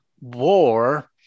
war